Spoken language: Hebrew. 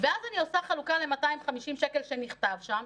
ואז אני עושה חלוקה ל-250 שקל שנכתב שם,